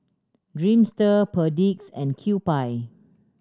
Dreamster Perdix and Kewpie